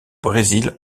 brésil